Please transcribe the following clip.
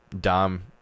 dom